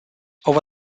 over